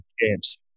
games